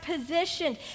positioned